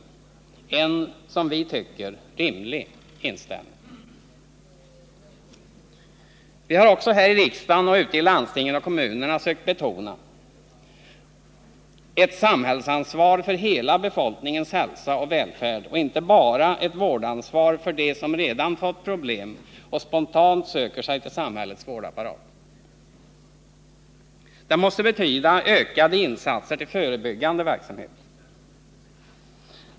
Det är en, som vi tycker, rimlig inställning. Vi har också här i riksdagen oci: ute i landstingen och kommunerna sökt betona ett samhällsansvar för hela befolkningens hälsa och välfärd och inte bara ett vårdansvar för dem som redan fått problem och spontant söker sig till samhällets vårdapparat. Det måste betyda ökade insatser i fråga om förebyggande verksamhet.